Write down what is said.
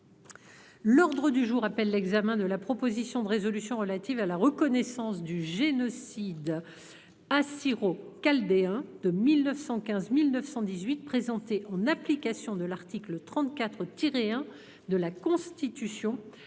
demande du groupe Les Républicains, de la proposition de résolution relative à la reconnaissance du génocide des Assyro-Chaldéens de 1915-1918 présentée, en application de l'article 34-1 de la Constitution,